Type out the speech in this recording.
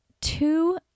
two